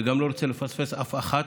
ואני גם לא רוצה להחסיר אף אחת.